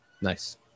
Nice